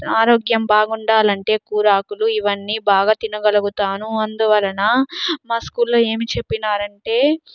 ఆరోగ్యం బాగుండాలంటే కూరాకులు ఇవన్నీ బాగా తినగలుగుతాను అందువలన మా స్కూల్లో ఏమి చెప్పినారంటే